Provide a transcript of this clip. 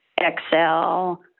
Excel